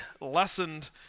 lessened